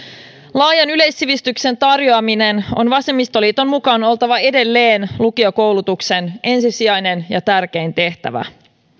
laajan yleissivistyksen tarjoamisen on vasemmistoliiton mukaan oltava edelleen lukiokoulutuksen ensisijainen ja tärkein tehtävä